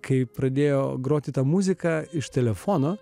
kai pradėjo groti tą muziką iš telefono